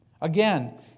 Again